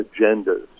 agendas